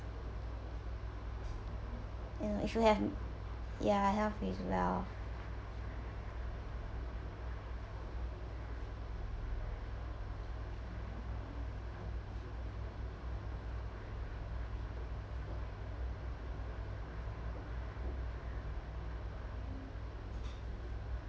you know if you have ya health is wealth